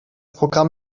programm